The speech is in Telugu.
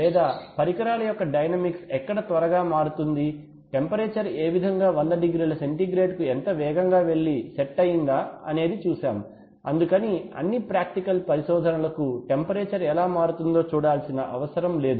లేదా పరికరాల యొక్క డైనమిక్స్ ఎక్కడ త్వరగా మారుతుంది టెంపరేచర్ ఏ విధంగా 100 డిగ్రీలు సెంటిగ్రేడ్ కు ఎంత వేగంగా వెళ్ళి సెట్ అయిందా అనేది చూశాం అందుకని అన్నీ ప్రాక్టికల్ పరిశోధనలకు టెంపరేచర్ ఎలా మారుతుందో చూడాల్సిన అవసరం లేదు